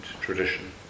tradition